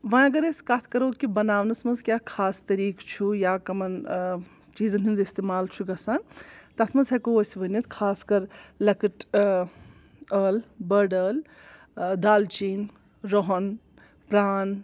وۄنۍ اگر أسۍ کتھ کَرو کہِ بَناونَس منٛز کیٛاہ خاص طٔریٖقہٕ چھُ یا کمَن چیٖزَن ہُنٛد استعمال چھُ گژھان تَتھ منٛز ہٮ۪کو أسۍ ؤنِتھ خاص کر لۅکٕٹۍ ٲل بٔڈ ٲل دالچیٖن رۄہن پرٛان